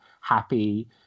happy